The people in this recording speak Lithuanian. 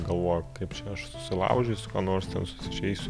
galvojau kaip aš susilaužysiu ką nors ten susižeisiu